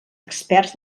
experts